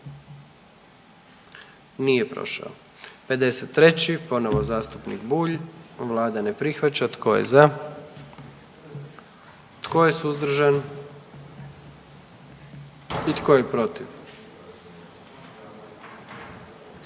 dio zakona. 44. Kluba zastupnika SDP-a, vlada ne prihvaća. Tko je za? Tko je suzdržan? Tko je protiv?